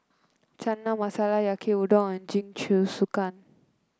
Chana Masala Yaki Udon and Jingisukan